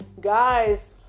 guys